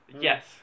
Yes